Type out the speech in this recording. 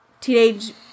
teenage